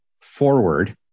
forward